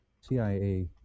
CIA